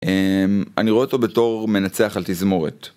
אני רואה אותו בתור מנצח על תזמורת.